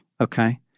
okay